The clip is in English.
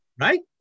right